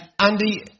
Andy